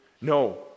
no